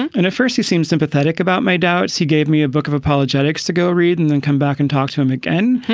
and at first he seemed sympathetic about my doubts. he gave me a book of apologetics to go read and then come back and talk to him again.